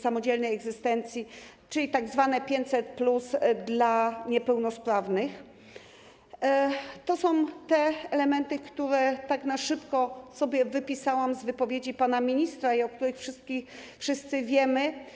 samodzielnej egzystencji, czyli tzw. 500+ dla niepełnosprawnych, to są te elementy, które wypisałam sobie na szybko z wypowiedzi pana ministra i o których wszyscy wiemy.